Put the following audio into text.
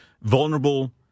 vulnerable